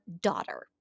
Daughter